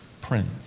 Prince